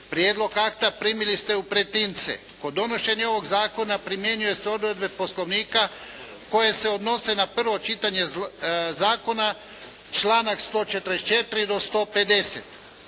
Prijedlog akta primili ste u pretince. Kod donošenja ovog zakona primjenjuju se odredbe Poslovnika koje se odnose na prvo čitanje zakona, članak 144. do 150.